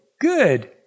Good